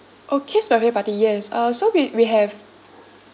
orh kid's birthday party yes uh so we we have